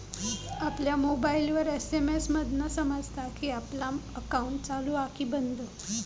आपल्या मोबाईलवर एस.एम.एस मधना समजता कि आपला अकाउंट चालू हा कि बंद